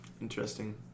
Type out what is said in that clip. Interesting